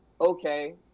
okay